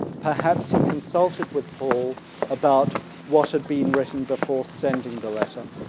perhaps he consulted with paul about what had been written before sending the letter.